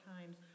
times